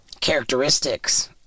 characteristics